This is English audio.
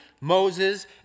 Moses